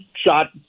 shot